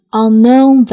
unknown